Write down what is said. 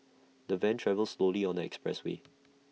the van travelled slowly on the expressway